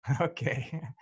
Okay